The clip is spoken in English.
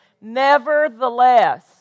Nevertheless